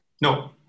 No